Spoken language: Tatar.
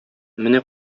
менә